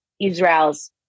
Israel's